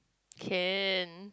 can